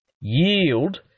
yield